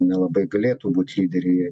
nelabai galėtų būt lyderiai